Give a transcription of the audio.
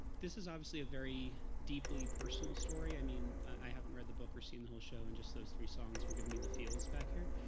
this is obviously a very deeply personal story. i mean, i haven't read the book or seen the whole show, and just those three songs were giving me the feels back here.